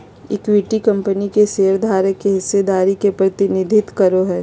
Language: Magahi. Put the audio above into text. इक्विटी कंपनी में शेयरधारकों के हिस्सेदारी के प्रतिनिधित्व करो हइ